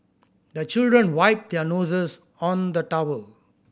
the children wipe their noses on the towel